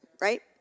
right